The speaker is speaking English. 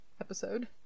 episode